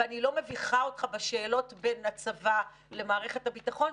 ואני לא מביכה אותך בשאלות בין הצבא למערכת הביטחון,